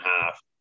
half